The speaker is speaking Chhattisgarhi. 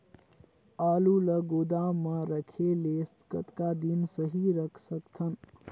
आलू ल गोदाम म रखे ले कतका दिन सही रख सकथन?